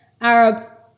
Arab